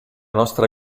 nostra